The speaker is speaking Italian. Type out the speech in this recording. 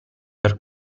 per